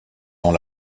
dans